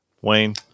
Wayne